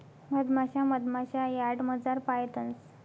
मधमाशा मधमाशा यार्डमझार पायतंस